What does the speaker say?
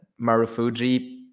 marufuji